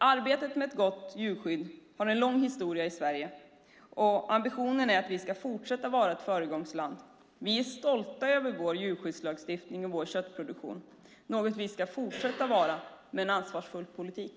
Arbetet med ett gott djurskydd har en lång historia i Sverige, och ambitionen är att vi ska fortsätta att vara ett föregångsland. Vi är stolta över vår djurskyddslagstiftning och vår köttproduktion, något som vi ska fortsätta vara med en ansvarsfull politik.